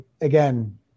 again